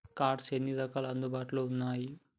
Cards ఎన్ని రకాలు అందుబాటులో ఉన్నయి?